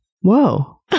Whoa